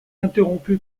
interrompu